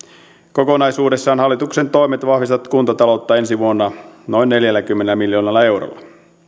kokonaisuudessaan hallituksen toimet vahvistavat kuntataloutta ensi vuonna noin neljälläkymmenellä miljoonalla eurolla